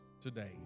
today